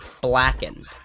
Blackened